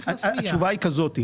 התשובה היא כזאת,